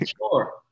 Sure